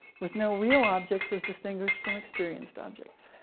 with no real objects as distinguished from experienced objects.